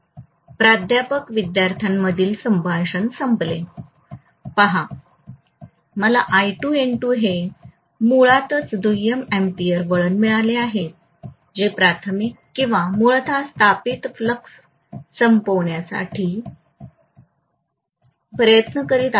"प्राध्यापक विद्यार्थ्यांमधील संभाषण संपले" पहा आम्हाला हे मुळातच दुय्यम अॅम्पीयर वळण मिळाले आहेत जे प्राथमिक किंवा मूळतः स्थापित फ्लक्स संपवण्यासाठी प्रयत्न करीत आहे